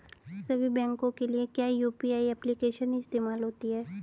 सभी बैंकों के लिए क्या यू.पी.आई एप्लिकेशन ही इस्तेमाल होती है?